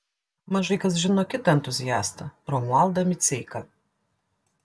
mažai kas žino kitą entuziastą romualdą miceiką